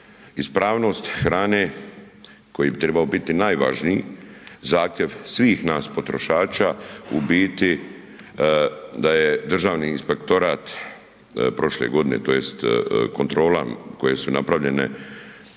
ispravnost hrane koji bi trebao biti najvažniji, zahtjev svih nas potrošača u biti da je Državni inspektorat prošle godine tj. kontrole koje su napravljene